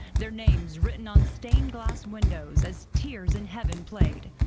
their name written on stain glassed windows as tears in heaven played.